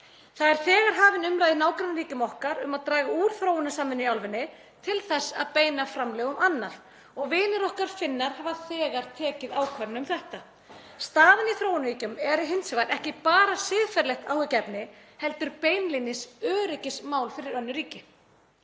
Það er þegar hafin umræða í nágrannaríkjum okkar um að draga úr þróunarsamvinnu í álfunni til að beina framlögum annað og vinir okkar, Finnar, hafa þegar tekið ákvörðun um þetta. Staðan í þróunarríkjum er hins vegar ekki bara siðferðilegt áhyggjuefni heldur beinlínis öryggismál fyrir önnur ríki.